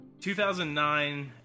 2009